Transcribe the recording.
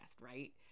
right